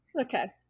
Okay